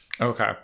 Okay